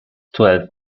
twelve